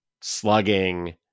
slugging